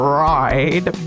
ride